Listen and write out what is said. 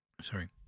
sorry